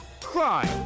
crime